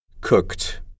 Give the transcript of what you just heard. Cooked